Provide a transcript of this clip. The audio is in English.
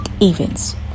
events